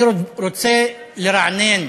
אני רוצה לרענן.